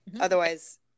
Otherwise